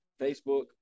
Facebook